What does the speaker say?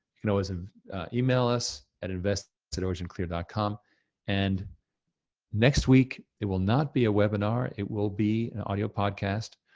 you can always email us at invest at originclear dot com and next week, there will not be a webinar, it will be audio podcast.